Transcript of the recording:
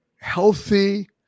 healthy